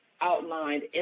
outlined